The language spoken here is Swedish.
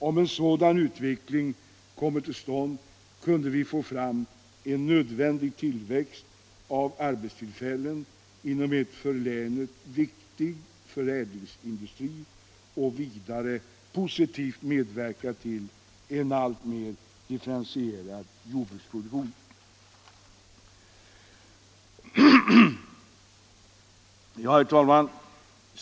Om en sådan utveckling kommer till stånd, kan vi få fram en nödvändig tillväxt av arbetstillfällena inom en för länet viktig förädlingsindustri och vidare positivt medverka till en alltmer differentierad jordbruksproduktion. Herr talman!